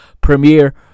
premiere